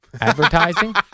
Advertising